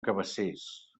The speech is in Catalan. cabacés